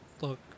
look